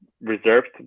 reserved